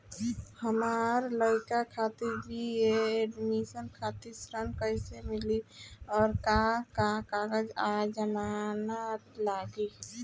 हमार लइका खातिर बी.ए एडमिशन खातिर ऋण कइसे मिली और का का कागज आ जमानत लागी?